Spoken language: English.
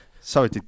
Sorry